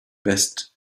best